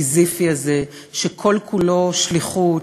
הסיזיפי הזה, שכל-כולו שליחות,